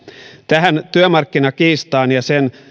tähän työmarkkinakiistaan ja sen